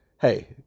hey